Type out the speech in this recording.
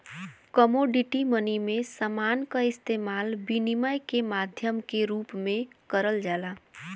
commodity money में समान क इस्तेमाल विनिमय के माध्यम के रूप में करल जाला